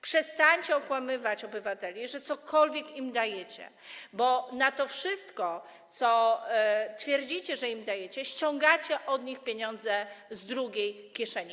Przestańcie okłamywać obywateli, że cokolwiek im dajecie, bo na to wszystko, co twierdzicie, że im dajecie, ściągacie od nich pieniądze z drugiej kieszeni.